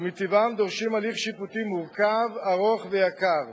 ומטבעם דורשים הליך שיפוטי מורכב, ארוך ויקר,